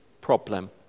problem